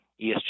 ESG